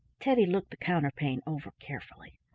teddy looked the counterpane over carefully.